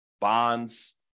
bonds